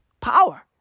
Power